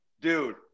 dude